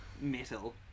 metal